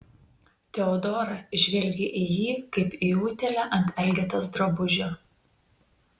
teodora žvelgė į jį kaip į utėlę ant elgetos drabužio